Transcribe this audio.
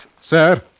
Sir